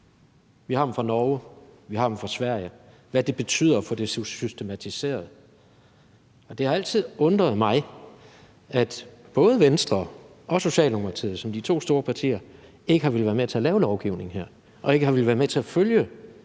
Vi har dem fra Norge, vi har dem fra Sverige – altså med, hvad det betyder for det systematiserede. Det har altid undret mig, at hverken Venstre eller Socialdemokratiet – som de to store partier – har villet være med til at lave lovgivning her eller har villet være med til at følge